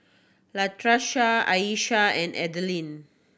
Latarsha Ayesha and Adalynn